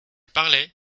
parlais